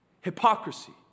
Hypocrisy